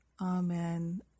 Amen